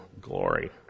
glory